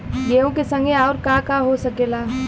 गेहूँ के संगे आऊर का का हो सकेला?